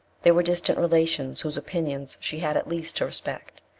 there were distant relations whose opinions she had at least to respect.